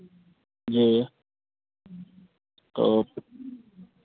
जी तो